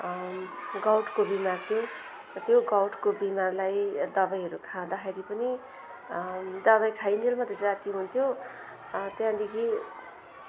गाउटको बिमार थियो र त्यो गाउटको बिमारलाई दबाईहरू खाँदाखेरि पनि दबाई खाइन्जेल मात्रै जाती हुन्थ्यो त्यहाँदेखि